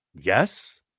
yes